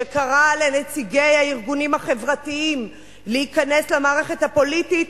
שקרא לנציגי הארגונים החברתיים להיכנס למערכת הפוליטית,